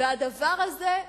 מסכים אתך.